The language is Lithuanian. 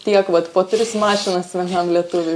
tiek vat po tris mašinas vienam lietuviui